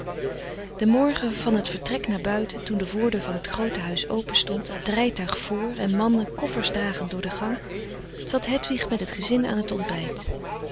den morgen van het vertrek naar buiten toen de voordeur van het groote huis openstond het rijtuig vr en mannen koffers dragend door den gang zat hedwig met het gezin aan t ontbijt